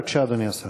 בבקשה, אדוני השר.